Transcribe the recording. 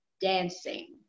dancing